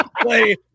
play